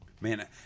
Man